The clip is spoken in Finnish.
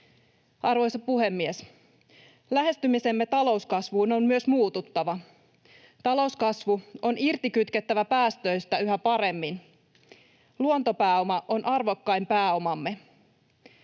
Arvoisa puhemies! Lähestymisemme talouskasvuun on myös muututtava. Talouskasvu on irtikytkettävä päästöistä yhä paremmin. Luontopääoma on arvokkain pääomamme.